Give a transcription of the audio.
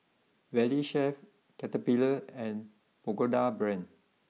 Valley Chef Caterpillar and Pagoda Brand